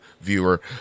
viewer